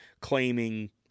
claiming